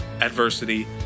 adversity